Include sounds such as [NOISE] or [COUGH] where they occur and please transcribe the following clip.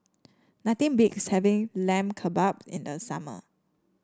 nothing [UNINTELLIGIBLE] having Lamb Kebab in the summer